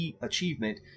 achievement